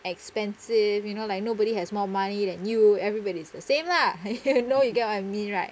expensive you know like nobody has more money than you everybody is the same lah you know you get what I mean right